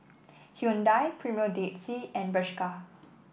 Hyundai Premier Dead Sea and Bershka